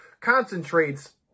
concentrates